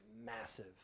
massive